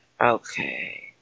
Okay